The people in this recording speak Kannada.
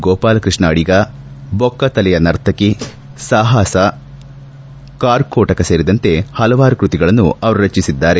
ಗೋಪಾಲಕೃಷ್ಣ ಅಡಿಗ ಬೊಕ್ಕತಲೆಯ ನರ್ತಕಿ ಸಹಾಸ ಕಾರ್ಕೋಟಕ ಸೇರಿದಂತೆ ಪಲವಾರು ಕೃತಿಗಳನ್ನು ಅವರು ರಚಿಸಿದ್ದಾರೆ